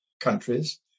countries